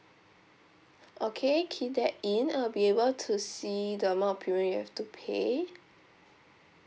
okay key that in I'll be able to see the amount of premium you have to pay